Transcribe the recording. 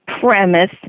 premise